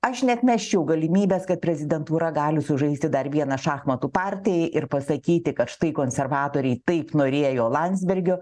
aš neatmesčiau galimybės kad prezidentūra gali sužaisti dar vieną šachmatų partiją ir pasakyti kad štai konservatoriai taip norėjo landsbergio